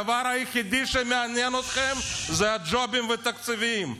הדבר היחיד שמעניין אתכם הוא הג'ובים והתקציבים.